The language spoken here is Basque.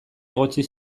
egotzi